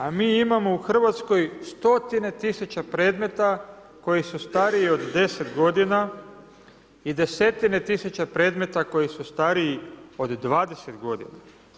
A mi imamo u Hrvatskoj stotine tisuća predmeta koji su stariji od deset godina i desetine tisuća predmeta koji su stariji od 20 godina.